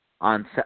on